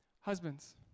Husbands